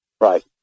right